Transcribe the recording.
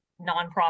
nonprofit